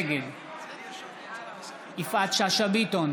נגד יפעת שאשא ביטון,